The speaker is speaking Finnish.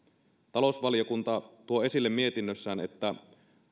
talousvaliokunta tuo esille mietinnössään että